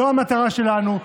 זו המטרה שלנו,